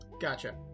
Gotcha